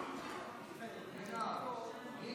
אז